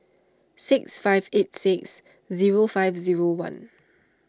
six five eight six zero five zero one